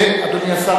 ואדוני השר,